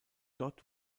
dort